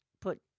put